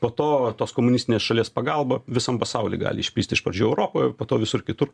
po to tos komunistinės šalies pagalba visam pasauly gali išplist iš pradžių europoje po to visur kitur